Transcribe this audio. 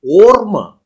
orma